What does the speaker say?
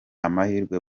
amahirwe